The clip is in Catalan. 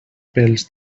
pels